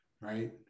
right